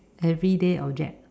everyday object